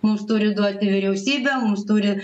mums turi duoti vyriausybė mums turi